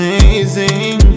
Amazing